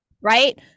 right